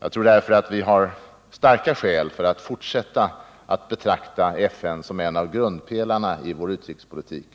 Jag tror att vi har starka skäl för att fortsätta att betrakta FN som en av grundpelarna i vår utrikespolitik